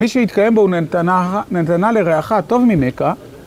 מי שהתקיים בו הוא, נתנה לרעך טוב ממך